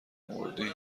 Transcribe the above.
مردیم